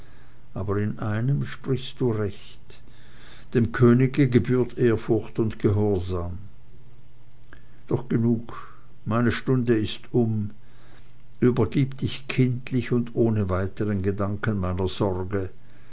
aber in einem sprichst du recht dem könige gebührt ehrfurcht und gehorsam doch genug meine stunde ist um übergib dich kindlich und ohne weitere gedanken meiner sorge